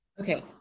okay